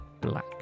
black